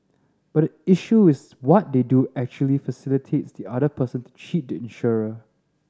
but the issue is what they do actually facilitates the other person to cheat the insurer